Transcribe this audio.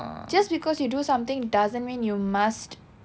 just because you do something doesn't mean you must